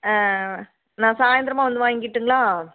ஆ நான் சாய்ந்தரமாக வந்து வாங்கிகட்டுங்களா